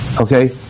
Okay